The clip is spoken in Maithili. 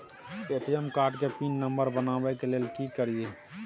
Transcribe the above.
ए.टी.एम कार्ड के पिन नंबर बनाबै के लेल की करिए?